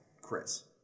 chris